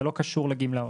זה לא קשור לגמלאות.